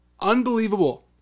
unbelievable